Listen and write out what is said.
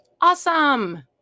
awesome